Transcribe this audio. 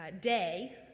day